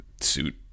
suit